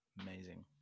Amazing